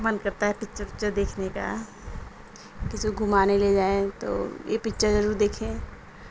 من کرتا ہے پکچر اکچر دیکھنے کا کسی کو گھمانے لے جائیں تو یہ پکچر ضرور دیکھیں